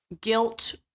guilt